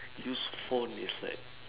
use phone is like